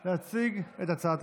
לא נתקבלה.